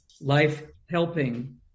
life-helping